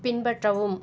பின்பற்றவும்